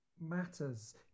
matters